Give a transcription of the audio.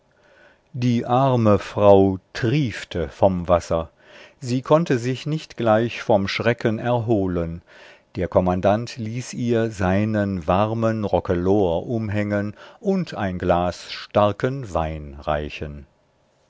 die arme frau triefte vom wasser sie konnte sich nicht gleich vom schrecken erholen der kommandant ließ ihr seinen warmen rockelor umhängen und ein glas starken wein reichen